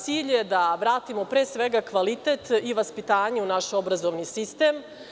Cilj je da vratimo pre svega kvalitet i vaspitanje u naš obrazovni sistem.